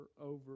over